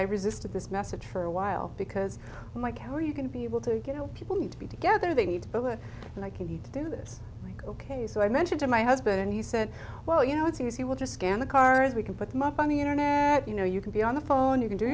i resisted this message for a while because mike how are you going to be able to get help people need to be together they need bullet and i can do this like ok so i mentioned to my husband and he said well you know it's easy we'll just scan the cars we can put them up on the internet you know you can be on the phone you can do